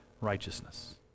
righteousness